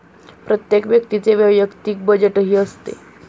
प्रत्येक व्यक्तीचे वैयक्तिक बजेटही असते